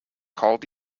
called